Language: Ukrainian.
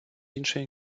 іншої